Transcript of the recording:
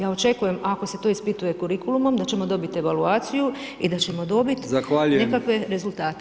Ja očekujem ako se to ispituje kurikulumom da ćemo dobiti evaluaciju i da ćemo dobit [[Upadica: Zahvaljujem.]] nekakve rezultate.